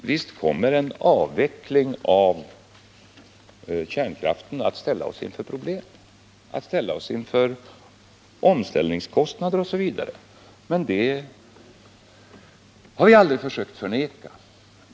Visst kommer en avveckling av kärnkraften att medföra problem i form av omställningskostnader osv. — det har vi aldrig försökt förneka.